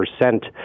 percent